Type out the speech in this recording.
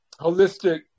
Holistic